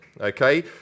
Okay